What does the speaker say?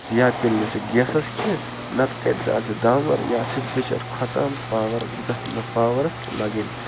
سٔہ یا پِلہِ نہٕ سٔہ گیسَس کیٚنٛہہ نَتہٕ کَرِ زالہِ سٔہ دامُر یا سٔہ چھِ بِچٲر کھوژان پاوَر بہٕ گژھٕ نہٕ پاوٕرَس لَگٕنۍ